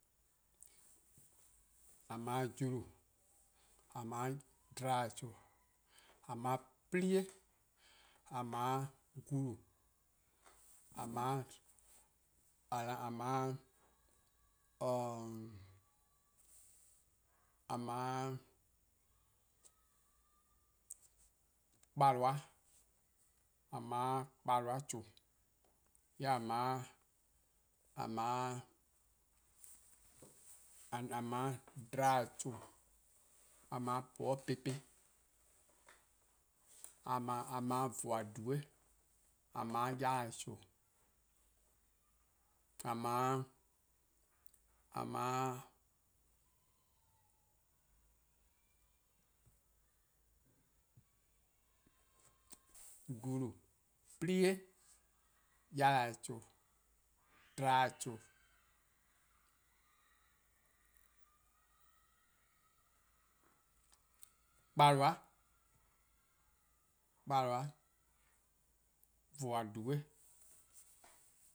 :A 'ble julu, :a 'ble dlehn-chuh:, :a 'ble 'plia', :a ble 'koluh:, :a 'ble kpaloa-chuh:, :yee' :a 'ble dlehen'-chuh:, :a 'ble pobor'-'pepe', :a 'ble voor-dhue', :a 'ble yae'-chuh:, :a 'ble gulu:, 'plie, yaih, dlae'-chuh:, kpaloa', voor-due'.